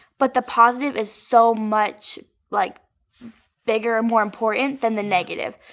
but the positive is so much like bigger and more important than the negative.